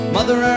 Mother